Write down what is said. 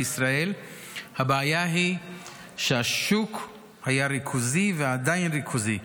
בישראל הבעיה היא שהשוק היה ריכוזי ועדיין ריכוזי,